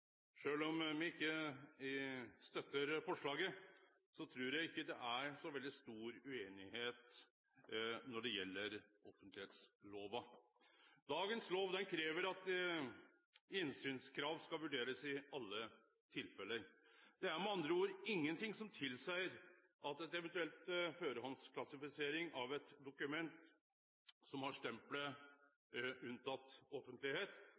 om me ikkje støttar forslaget, trur eg ikkje det er så veldig stor ueinigheit når det gjeld offentleglova. Dagens lov krev at innsynskrav skal vurderast i alle tilfelle. Det er med andre ord ingen ting som tilseier at ei eventuell førehandsklassifisering av eit dokument som har